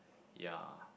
ya